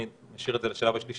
אני משאיר את זה לשלב השלישי.